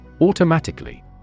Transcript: Automatically